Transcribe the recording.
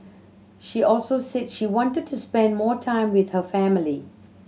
she also said she wanted to spend more time with her family